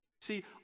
See